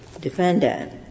defendant